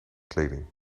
kleding